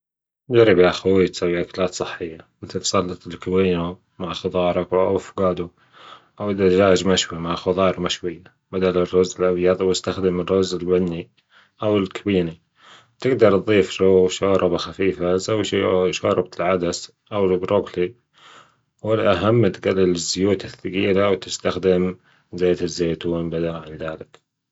جرب يا اخوي تسوي أكلات صحية مثل سلطة الكوينو مع خضار وأفوكادو أو دجاج مشوي مع خضار مشوي بدل الرز لو يبغى يستخدم الرز البني أو الكويني تقدر تضيف شو- شوربا خفيفة سوي شي شوربة العدس او البروكلي والأهم تجلل الزيوت الثجيلة وتستخدم زيت الزيتون بدلا عن ذلك